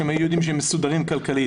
כשהם היו יודעים שהם מסודרים כלכלית.